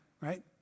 right